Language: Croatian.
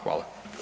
Hvala.